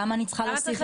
למה אני צריכה להוסיף?